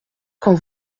quand